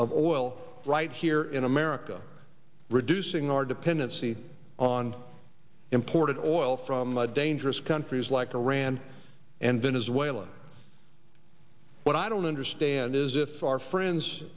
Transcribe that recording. of oil right here in america reducing our dependency on imported oil from the dangerous countries like iran and venezuela what i don't understand is if our